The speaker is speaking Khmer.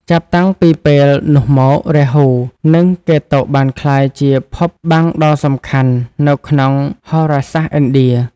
ចាប់តាំងពីពេលនោះមក រាហូ និងកេតុបានក្លាយជាភពបាំងដ៏សំខាន់នៅក្នុងហោរាសាស្ត្រឥណ្ឌា។